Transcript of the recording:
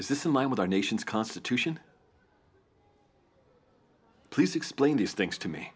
is this in line with our nation's constitution please explain these things to me